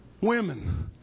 Women